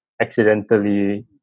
accidentally